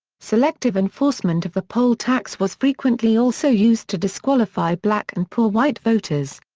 selective enforcement of the poll tax was frequently also used to disqualify black and poor white voters.